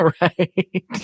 Right